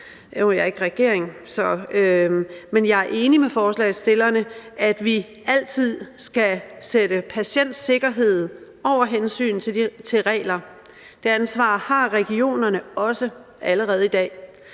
jeg er enig med forslagsstillerne i, at vi altid skal sætte patientsikkerheden over hensynet til reglerne. Det ansvar har regionerne også allerede i dag.